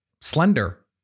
slender